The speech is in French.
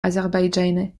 azerbaïdjanais